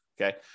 Okay